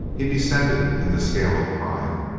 he descended in the scale of crime,